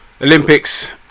Olympics